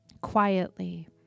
quietly